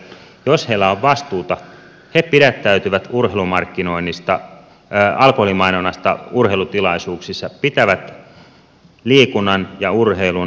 jos heillä on vastuuta he pidättäytyvät alkoholimainonnasta urheilutilaisuuksissa pitävät liikunnan ja urheilun ja alkoholimarkkinoinnin erillään